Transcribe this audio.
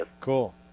Cool